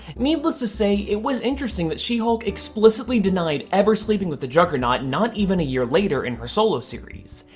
needless to say, it was interesting that she-hulk explicitly denied ever sleeping with the juggernaut not even a year later in her solo series.